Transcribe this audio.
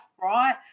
right